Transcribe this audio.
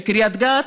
בקריית גת,